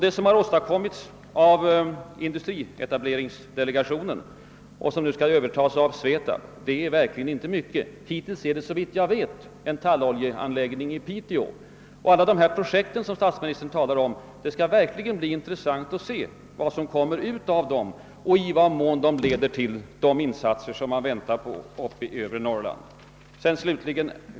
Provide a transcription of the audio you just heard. Det som har åstadkommits av industrietableringsdelegationen och som nu skall övertas av SVETAB är inte heller mycket. Hittills består det — såvitt jag vet — av en talloljeanläggning i Piteå. Det skall därför bli intressant att se vad som verkligen kommer ut av alla de projekt som statsministern talar vackert om och i vad mån de leder till de insatser i övre Norrland som alla väntar på.